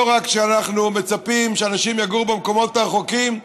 לא רק אנחנו מצפים שאנשים יגורו במקומות הרחוקים,